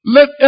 Let